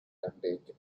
contained